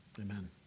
Amen